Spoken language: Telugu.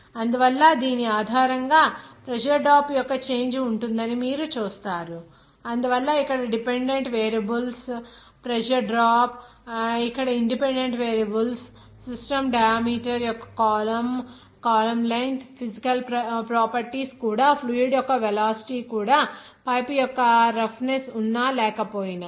అందువల్ల దీని ఆధారంగా ప్రెజర్ డ్రాప్ యొక్క చేంజ్ ఉంటుందని మీరు చూస్తారు అందువల్ల ఇక్కడ డిపెండెంట్ వేరియబుల్స్ ప్రెజర్ డ్రాప్ ఇక్కడ independent variables system diameter యొక్క column column length physical properties కూడా ఫ్లూయిడ్ యొక్క వెలాసిటీ కూడా పైపు యొక్క రఫ్నెస్ ఉన్న లేకపోయినా